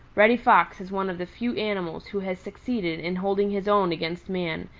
reddy fox is one of the few animals who has succeeded in holding his own against man,